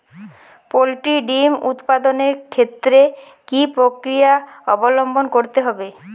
Poultry ডিম উৎপাদনের ক্ষেত্রে কি পক্রিয়া অবলম্বন করতে হয়?